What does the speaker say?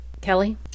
kelly